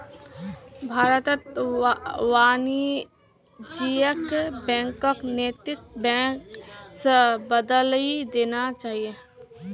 भारतत वाणिज्यिक बैंकक नैतिक बैंक स बदलइ देना चाहिए